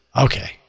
okay